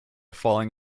falling